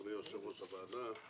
אדוני יושב ראש הוועדה,